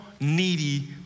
needy